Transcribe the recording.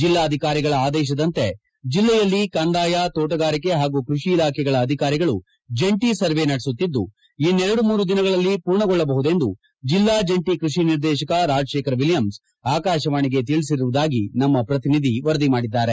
ಜಿಲ್ಲಾಧಿಕಾರಿಗಳ ಆದೇಶದಂತೆ ಜಿಲ್ಲೆಯಲ್ಲಿ ಕಂದಾಯ ತೊಡುಗಾರಿಕೆ ಪಾಗೂ ಕೈಷಿ ಇಲಾಖೆಗಳ ಅಧಿಕಾರಿಗಳು ಜಂಟಿ ಸರ್ವೇ ನಡೆಸುತ್ತಿದ್ದು ಇನ್ನೆರಡು ಮೂರು ದಿನಗಳಲ್ಲಿ ಪೂರ್ಣಗೊಳ್ಳಬಹುದೆಂದು ಜಿಲ್ಲಾ ಜಂಟಿ ಕೃಷಿ ನಿರ್ದೇಶಕ ರಾಜಶೇಖರ ವಿಲಿಯಮ್ನ ಆಕಾಶವಾಣಿಗೆ ತಿಳಿಸಿರುವುದಾಗಿ ನಮ್ಮ ಪ್ರತಿನಿಧಿ ವರದಿ ಮಾಡಿದ್ದಾರೆ